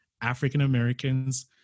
African-Americans